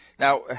Now